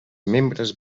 membres